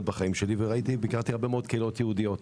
בחיי וביקרתי בהרבה מאוד קהילות יהודיות.